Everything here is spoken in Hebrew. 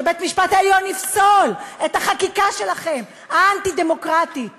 שבית-המשפט העליון יפסול את החקיקה האנטי-דמוקרטית שלכם.